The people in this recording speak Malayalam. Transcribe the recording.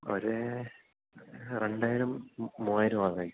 ഒരു രണ്ടായിരം മൂവായിരം ആകുമായിരിക്കും